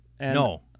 No